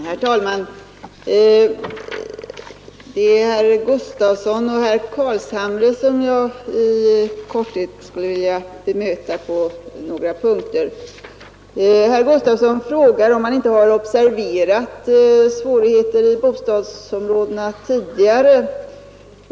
Herr talman! Jag skulle i korthet vilja bemöta herrar Gustavsson i Alvesta och Carlshamre på några punkter. Herr Gustavsson frågar om man i kanslihuset inte observerat svårigheterna i de nya bostadsområdena tidigare.